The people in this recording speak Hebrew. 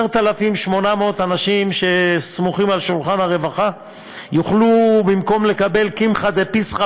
10,800 אנשים שסמוכים על שולחן הרווחה יוכלו במקום לקבל "קמחא דפסחא"